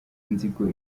inzigo